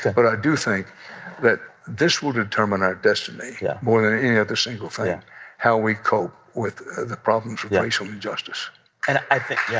but i do think that this will determine our destiny yeah more than any other single thing how we cope with the problems of racial injustice and i think yeah